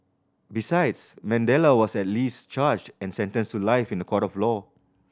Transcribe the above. besides Mandela was at least charged and sentenced to life in a court of law